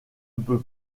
peut